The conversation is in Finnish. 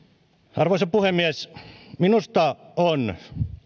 arvoisa puhemies minusta on